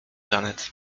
janet